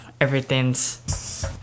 everything's